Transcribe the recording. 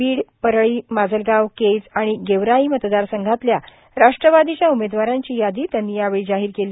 बीड परळी माजलगाव केज आणि गेवराई मतदारसंघातल्या राष्ट्रवादीच्या उमेदवारांची यादी त्यांनी जाहीर केली